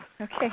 Okay